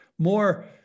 more